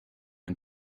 and